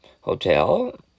hotel